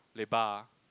Lebar